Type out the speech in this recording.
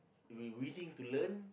we willing to learn